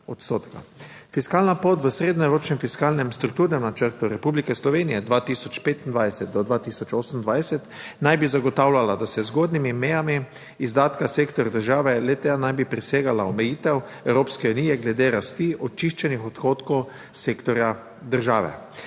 odstotka. Fiskalna pot v srednjeročnem fiskalnem strukturnem načrtu Republike Slovenije 2025-2028 naj bi zagotavljala, da z zgornjimi mejami izdatka sektorja države le-ta ne bi presegala omejitev Evropske unije glede rasti očiščenih odhodkov sektorja država.